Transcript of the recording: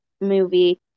movie